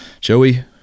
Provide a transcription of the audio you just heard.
Joey